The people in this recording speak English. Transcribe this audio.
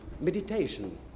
meditation